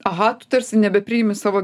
aha tu tarsi nebepriimi savo